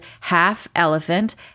half-elephant